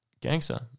Gangster